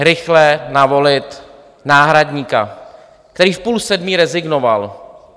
Rychle navolit náhradníka, který v půl sedmé rezignoval.